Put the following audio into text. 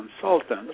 consultants